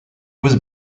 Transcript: was